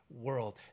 world